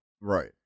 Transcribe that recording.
right